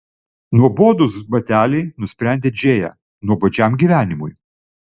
nuobodūs bateliai nusprendė džėja nuobodžiam gyvenimui